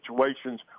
situations